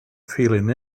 feeling